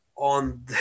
on